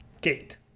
Gate